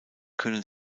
können